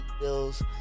Bills